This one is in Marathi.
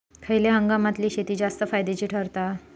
खयल्या हंगामातली शेती जास्त फायद्याची ठरता?